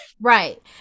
Right